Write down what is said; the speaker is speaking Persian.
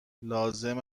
لازم